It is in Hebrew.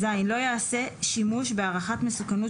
(ז) לא ייעשה שימוש בהערכת מסוכנות